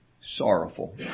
sorrowful